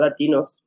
Latinos